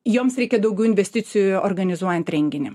joms reikia daugiau investicijų organizuojant renginį